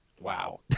Wow